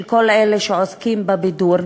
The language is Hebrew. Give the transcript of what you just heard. של כל אלה שעוסקים בבידור,